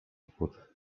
płód